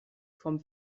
vom